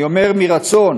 אני אומר: מרצון,